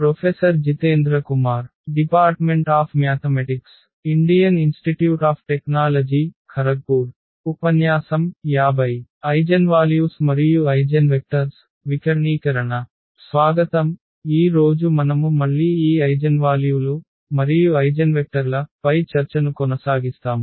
స్వాగతం ఈ రోజు మనము మళ్ళీ ఈ ఐజెన్వాల్యూలు మరియు ఐగెన్వెక్టర్ల పై చర్చను కొనసాగిస్తాము